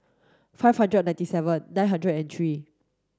five hundred and ninety seven nine hundred and three